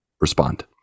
respond